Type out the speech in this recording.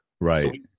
right